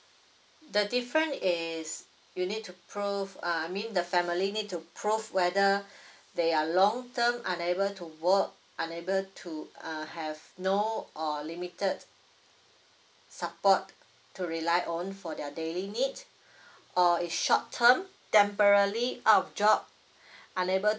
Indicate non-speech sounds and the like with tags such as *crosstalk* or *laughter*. the different is you need to prove uh I mean the family need to prove whether *breath* they are long term unable to work unable to uh have no or limited support to rely on for their daily need *breath* or it's short term temporally out of job *breath* unable